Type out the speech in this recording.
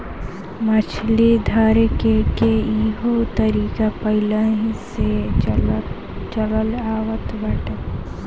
मछली धरेके के इहो तरीका पहिलेही से चलल आवत बाटे